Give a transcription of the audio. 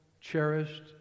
cherished